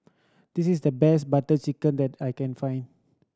this is the best Butter Chicken that I can find